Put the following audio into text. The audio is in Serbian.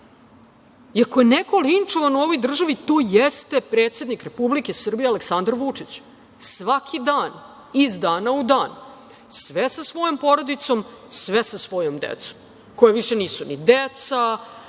je neko linčovan u ovoj državi, to jeste predsednik Republike Srbije Aleksandar Vučić, svaki dan, iz dana u dan, sve sa svojom porodicom, sve sa svojom decom, koja više nisu ni deca,